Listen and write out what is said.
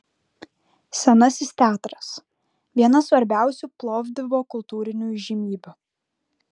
senasis teatras viena svarbiausių plovdivo kultūrinių įžymybių